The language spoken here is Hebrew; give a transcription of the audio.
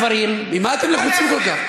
ממה אתם לחוצים כל כך?